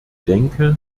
denke